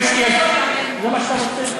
רד למטה.